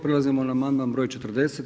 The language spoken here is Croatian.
Prelazimo na amandman br. 40.